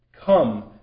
come